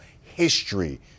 history